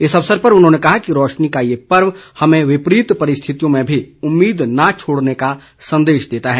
इस अवसर पर उन्होंने कहा कि रोशनी का ये पर्व हमें विपरीत परिस्थितियों में भी उम्मीद न छोड़ने का संदेश देता है